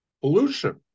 pollution